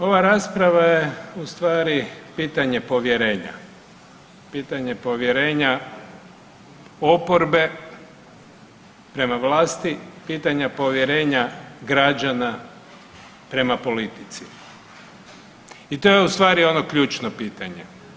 Ova rasprava je u stvari pitanje povjerenja, pitanje povjerenja oporbe prema vlasti, pitanje povjerenja građana prema politici i to je u stvari ono ključno pitanje.